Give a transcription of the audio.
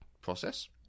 process